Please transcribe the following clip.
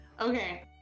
Okay